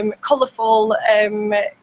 colourful